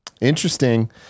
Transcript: Interesting